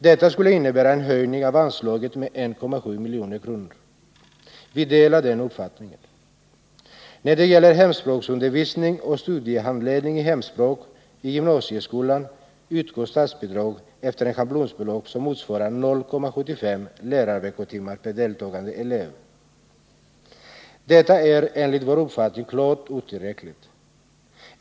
Detta skulle innebära en höjning av anslaget med 1,7 milj.kr. Vi ställer oss bakom detta förslag. När det gäller hemspråksundervisning och studiehandledning i hemspråk i gymnasieskolan utgår statsbidrag enligt ett schablonbelopp som motsvarar 0,75 lärarveckotimmar per deltagande elev. Detta är enligt vår uppfattning klart otillräckligt.